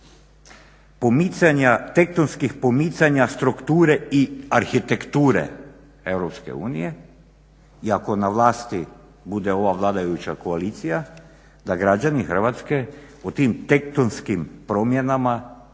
tektonskih pomicanja strukture i arhitekture EU i ako na vlasti bude ova vladajuća koalicija da građani Hrvatske o tim tektonskim promjenama